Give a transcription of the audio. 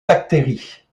bactéries